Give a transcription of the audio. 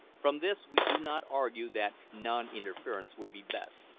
from this we do not argue that non-interference would be best,